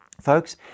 Folks